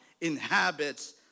inhabits